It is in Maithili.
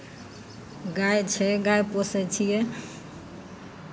गाय छै गाय पोसै छियै